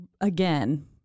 again